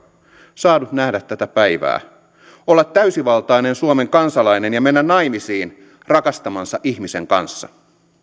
saanut nähdä tätä päivää olla täysivaltainen suomen kansalainen ja mennä naimisiin rakastamansa ihmisen kanssa